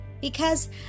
Because